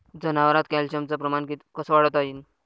जनावरात कॅल्शियमचं प्रमान कस वाढवता येईन?